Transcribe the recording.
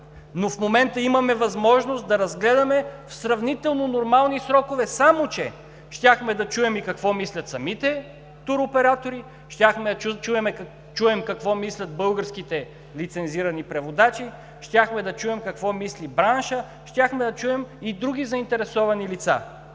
но в момента имаме възможност да разгледаме в сравнително нормални срокове, само че щяхме да чуем и какво мислят самите туроператори, щяхме да чуем какво мислят българските лицензирани превозвачи, щяхме да чуем какво мисли браншът, щяхме да чуем и други заинтересовани лица.